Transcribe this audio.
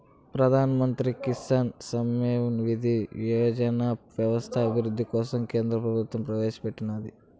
ప్రధాన్ మంత్రి కిసాన్ సమ్మాన్ నిధి యోజనని వ్యవసాయ అభివృద్ధి కోసం కేంద్ర ప్రభుత్వం ప్రవేశాపెట్టినాది